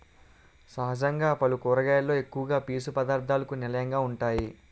సహజంగా పల్లు కూరగాయలలో ఎక్కువ పీసు పధార్ధాలకు నిలయంగా వుంటాయి